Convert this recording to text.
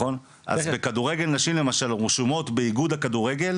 אז בכדורגל נשים למשל רשומות באיגוד הכדורגל